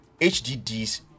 HDDs